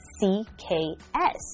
C-K-S